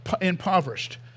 impoverished